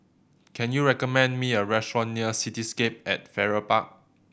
can you recommend me a restaurant near Cityscape at Farrer Park